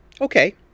okay